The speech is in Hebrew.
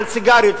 ועל סיגריות,